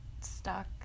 stuck